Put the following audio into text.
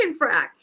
frack